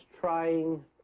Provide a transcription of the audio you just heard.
trying